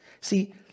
See